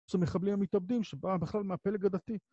זהו מחבלים המתאבדים שבאה בכלל מהפלג הדתי